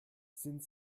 sind